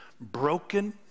broken